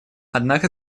однако